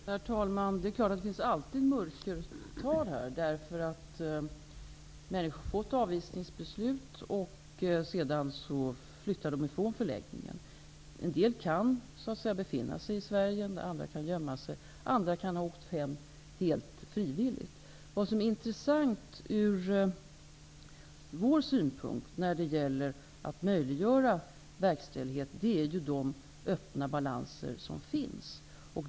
Herr talman! Det är klart att det alltid finns ett mörkertal i detta sammanhang, därför att människor som har fått ett avvisnigsbeslut flyttar från förläggningen. En del kan befinna sig i Sverige, andra kan gömma sig och åter andra kan ha åkt hem helt frivilligt. Vad som är intressant ur vår synpunkt när det gäller att möjliggöra verkställighet är de öppna balanser som finns.